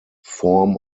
form